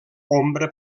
ombra